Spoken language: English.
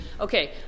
okay